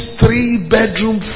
three-bedroom